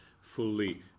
fully